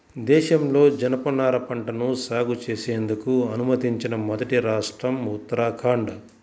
దేశంలో జనపనార పంటను సాగు చేసేందుకు అనుమతించిన మొదటి రాష్ట్రం ఉత్తరాఖండ్